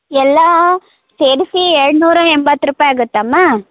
ಎಲ್ಲ ಸೇರಿಸಿ ಎರಡ್ನೂರ ಎಂಬತ್ತು ರೂಪಾಯಿ ಆಗುತ್ತೆ ಅಮ್ಮ